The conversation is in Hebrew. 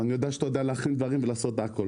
ושאתה יודע להכין דברים ולעשות הכל